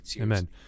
amen